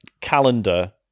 calendar